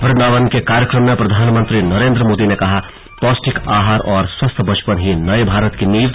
वृंदावन के कार्यक्रम में प्रधानमंत्री नरेंद्र मोदी ने कहा पौष्टिक आहार और स्वस्थ बचपन ही नये भारत की नींव